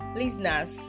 listeners